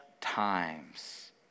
times